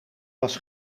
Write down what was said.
was